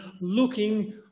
looking